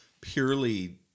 purely